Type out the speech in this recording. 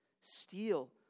Steal